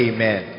Amen